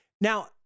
Now